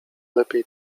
lepiej